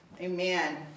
Amen